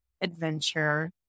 adventure